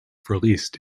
released